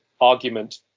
argument